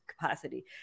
capacity